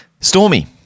Stormy